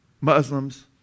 Muslims